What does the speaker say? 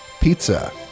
Pizza